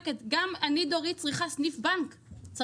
אם אנחנו נחליט לפקח על העמלה, זה